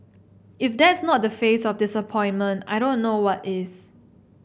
if that's not the face of disappointment I don't know what is